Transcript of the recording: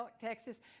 Texas